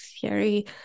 theory